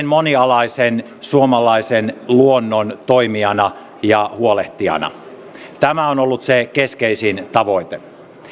monialaisen suomalaisen luonnon toimijana ja huolehtijana tämä on ollut se keskeisin tavoite